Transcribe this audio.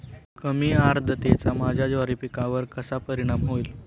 कमी आर्द्रतेचा माझ्या ज्वारी पिकावर कसा परिणाम होईल?